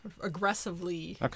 aggressively